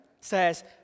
says